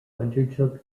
undertook